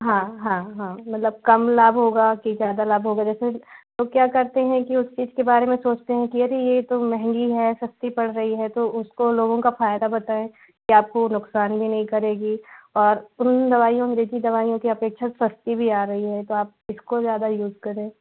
हाँ हाँ हाँ मतलब कम लाभ होगा कि ज़्यादा लाभ होगा जैसे लोग क्या करते हैं कि उस चीज़ के बारे में सोचते हैं कि अरे ये तो महंगी है सस्ती पड़ रही है तो उसको लोगों का फ़ायदा बताएँ कि आपको नुकसान भी नहीं करेगी और उन दवाइयों में देसी दवाईयों की अपेक्षा सस्ती भी आ रही है तो आप इसको ज़्यादा यूज़ करें